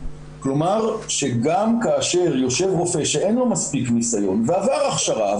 כלומר שגם כאשר יושב רופא שאין לו מספיק ניסיון ועבר הכשרה,